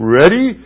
ready